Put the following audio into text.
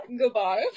goodbye